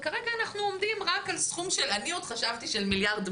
וכרגע אנחנו עומדים רק על סכום שאני חשבתי שהוא 1.1 מיליארד,